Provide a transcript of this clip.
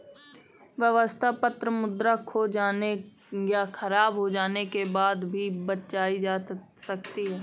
व्यवस्था पत्र मुद्रा खो जाने या ख़राब हो जाने के बाद भी बचाई जा सकती है